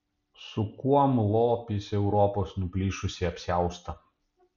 su kuom lopys europos nuplyšusį apsiaustą